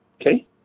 Okay